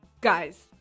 guys